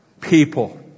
people